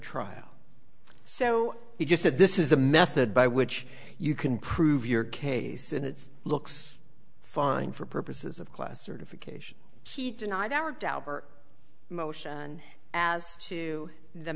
trial so he just said this is the method by which you can prove your case and its looks fine for purposes of class certification he denied our dauber motion as to the